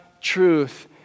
truth